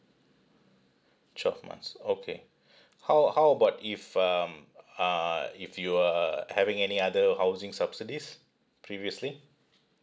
twelve months okay how how about if um uh if you were having any other housing subsidies previously